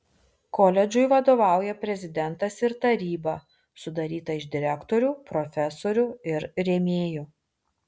koledžui vadovauja prezidentas ir taryba sudaryta iš direktorių profesorių ir rėmėjų